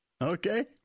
Okay